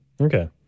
Okay